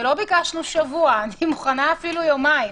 ולא ביקשנו שבוע, אני מוכנה אפילו יומיים,